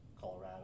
Colorado